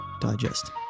Digest